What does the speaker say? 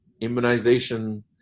immunization